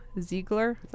Ziegler